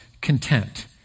content